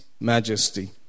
majesty